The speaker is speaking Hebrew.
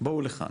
בואו לכאן.